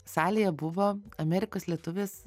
salėje buvo amerikos lietuvis